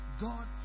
God